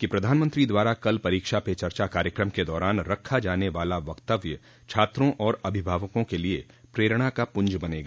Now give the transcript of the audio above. कि प्रधानमंत्री द्वारा कल परीक्षा पे चर्चा कार्यक्रम के दौरान रखा जाने वाला वक्तव्य छात्रों और अभिभावकों के लिए प्रेरणा का पुंज बनेगा